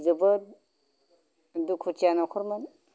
जोबोद दुखुथिया नखरमोन